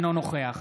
אינו נוכח